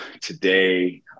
today